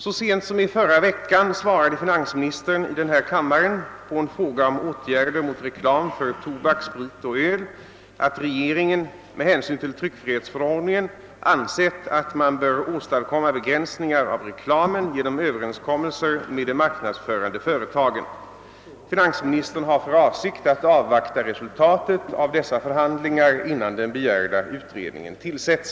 Så sent som i förra veckan svarade fi nansministern i denna kammare på en fråga angående åtgärder mot reklam för tobak, sprit och öl, att regeringen, med hänsyn till tryckfrihetsförordningen, ansett att man bör åstakomma begränsningar av reklamen genom överenskommelser med de marknadsförande företagen. Finansministern har för avsikt att avvakta resultatet av dessa förhandlingar innan den begärda utredningen tillsätts.